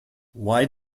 why